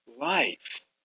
life